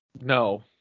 No